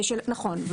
נכון.